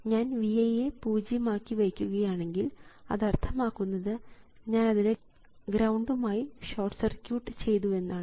ഞാൻ Vi യെ പൂജ്യം ആക്കി വയ്ക്കുകയാണെങ്കിൽ അത് അർത്ഥമാക്കുന്നത് ഞാനതിനെ ഗ്രൌണ്ടു മായി ഷോർട്ട് സർക്യൂട്ട് ചെയ്തുവെന്നാണ്